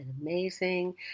amazing